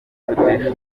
umutwe